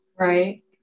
right